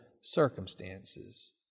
circumstances